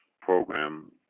program